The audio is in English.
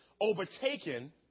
overtaken